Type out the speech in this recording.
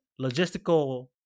logistical